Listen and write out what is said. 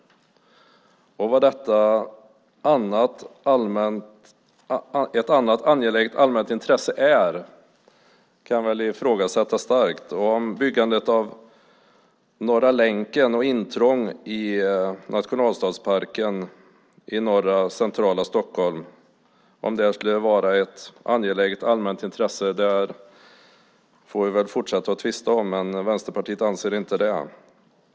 Vad detta "annat angeläget allmänt intresse" är kan väl ifrågasättas starkt. Om byggandet av Norra länken och intrång i nationalstadsparken i centrala Stockholm skulle vara ett angeläget allmänt intresse får vi väl fortsätta att tvista om, men Vänsterpartiet anser inte det.